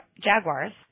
Jaguars